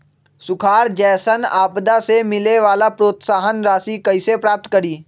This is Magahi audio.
सुखार जैसन आपदा से मिले वाला प्रोत्साहन राशि कईसे प्राप्त करी?